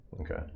Okay